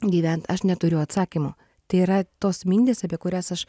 gyvent aš neturiu atsakymo tai yra tos mintys apie kurias aš